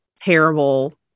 terrible